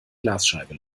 glasscheibe